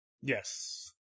Yes